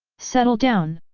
settle down!